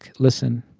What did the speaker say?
listen.